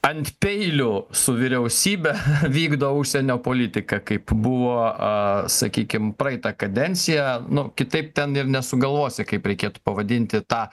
ant peilių su vyriausybe vykdo užsienio politiką kaip buvo sakykim praeitą kadenciją nu kitaip ten ir nesugalvosi kaip reikėtų pavadinti tą